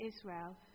Israel